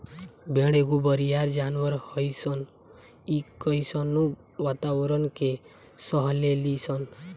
भेड़ एगो बरियार जानवर हइसन इ कइसनो वातावारण के सह लेली सन